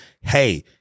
hey